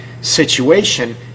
situation